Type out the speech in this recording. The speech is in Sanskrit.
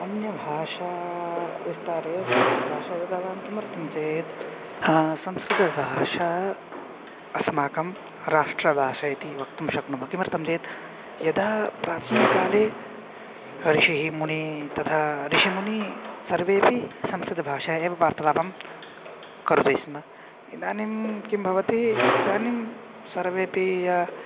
अन्यभाषा विस्तारे संस्कृतभाषा योगदानं किमर्थं चेत् संस्कृतभाषा अस्माकं राष्ट्रभाषा इति वक्तुं शक्नुमः किमर्थं चेत् यदा प्राचीनकाले ऋषिः मुनिः तथा ऋषिमुनी सर्वेपि संस्कृतभाषा एव वार्तालापं करोति स्म इदानीं किं भवति इदानिं सर्वेपि या